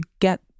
get